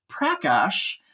Prakash